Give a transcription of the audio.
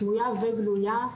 סמויה וגלויה,